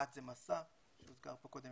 אחד זה 'מסע' שהוזכר פה קודם,